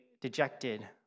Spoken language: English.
dejected